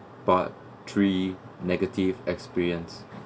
part three negative experience